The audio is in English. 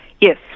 Yes